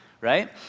Right